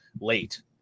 late